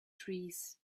trees